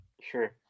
Sure